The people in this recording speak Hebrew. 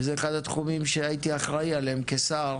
זה אחד התחומים שהייתי אחראי עליהם כשר,